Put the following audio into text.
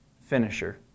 finisher